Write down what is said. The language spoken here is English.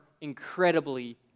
incredibly